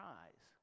eyes